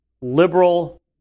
liberal